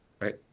Right